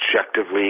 objectively